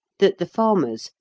that the farmers,